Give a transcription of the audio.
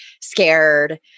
scared